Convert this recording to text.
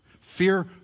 Fear